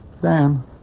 Dan